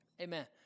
Amen